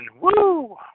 Woo